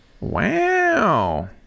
wow